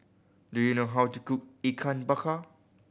do you know how to cook Ikan Bakar